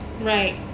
right